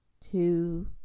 two